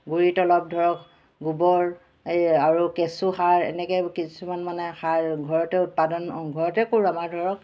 গুড়িত অলপ ধৰক গোবৰ এই আৰু কেঁচু সাৰ এনেকৈ কিছুমান মানে সাৰ ঘৰতে উৎপাদন ঘৰতে কৰোঁ আমাৰ ধৰক